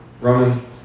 Roman